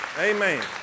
Amen